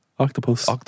Octopus